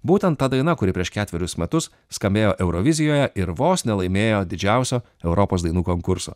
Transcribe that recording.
būtent ta daina kuri prieš ketverius metus skambėjo eurovizijoje ir vos nelaimėjo didžiausio europos dainų konkurso